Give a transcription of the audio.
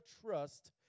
trust